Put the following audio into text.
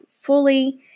fully